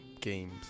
games